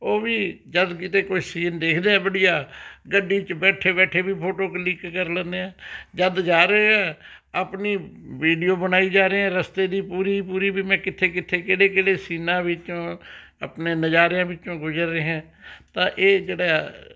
ਉਹ ਵੀ ਜਦ ਕਿਤੇ ਕੋਈ ਸੀਨ ਦੇਖਦੇ ਹੈ ਵਧੀਆ ਗੱਡੀ 'ਚ ਬੈਠੇ ਬੈਠੇ ਵੀ ਫੋਟੋ ਕਲਿਕ ਕਰ ਲੈਂਦੇ ਹੈ ਜਦ ਜਾ ਰਹੇ ਹੈ ਆਪਣੀ ਵੀਡੀਓ ਬਣਾਈ ਜਾ ਰਹੇ ਹੈ ਰਸਤੇ ਦੀ ਪੂਰੀ ਪੂਰੀ ਵੀ ਮੈਂ ਕਿੱਥੇ ਕਿੱਥੇ ਕਿਹੜੇ ਕਿਹੜੇ ਸੀਨਾਂ ਵਿੱਚੋਂ ਆਪਣੇ ਨਜ਼ਾਰਿਆਂ ਵਿੱਚੋਂ ਗੁਜ਼ਰ ਰਿਹਾ ਤਾਂ ਇਹ ਜਿਹੜਾ